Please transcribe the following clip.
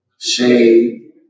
shade